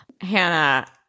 Hannah